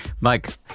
Mike